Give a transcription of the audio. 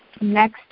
Next